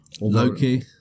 Loki